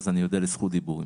אני אודה לזכות דיבור.